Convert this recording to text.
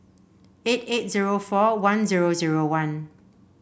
eight eight zero four one zero zero one